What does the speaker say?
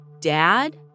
dad